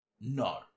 No